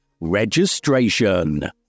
registration